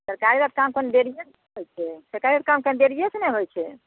सरकारके काम कनी देरिए से ने होइत छै सरकारी काम कनी देरिए से ने होइत छै